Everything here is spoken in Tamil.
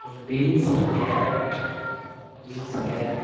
அப்புறம் பீன்ஸ் கேரட் பீன்ஸ் கேரட்